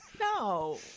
no